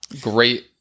great